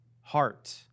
heart